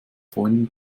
freunden